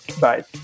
Bye